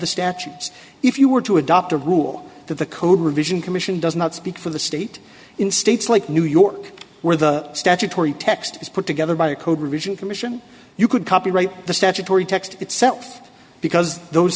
the statutes if you were to adopt a rule that the code revision commission does not speak for the state in states like new york where the statutory text is put together by a code revision commission you could copyright the statutory text itself because those